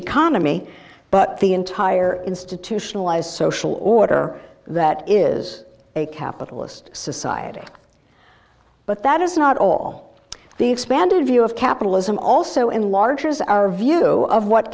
economy but the entire institutionalize social order that is a capitalist society but that is not all the expanded view of capitalism also enlarges our view of what